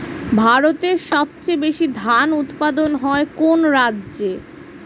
ভারতের সবচেয়ে বেশী ধান উৎপাদন হয় কোন রাজ্যে?